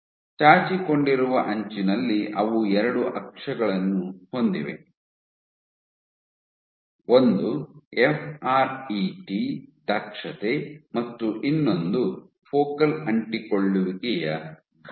ಚಾಚಿಕೊಂಡಿರುವ ಅಂಚಿನಲ್ಲಿ ಅವು ಎರಡು ಅಕ್ಷಗಳನ್ನು ಹೊಂದಿವೆ ಒಂದು ಎಫ್ ಆರ್ ಇ ಟಿ ದಕ್ಷತೆ ಮತ್ತು ಇನ್ನೊಂದು ಫೋಕಲ್ ಅಂಟಿಕೊಳ್ಳುವಿಕೆಯ ಗಾತ್ರ